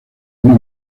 una